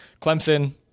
Clemson